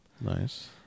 Nice